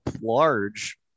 large